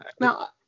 Now